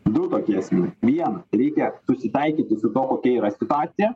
du tokie esminiai viena reikia susitaikyti su tuo kokia yra situacija